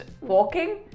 walking